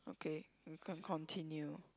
okay we can continue